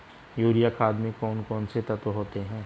Urea खाद में कौन कौन से तत्व होते हैं?